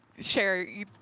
share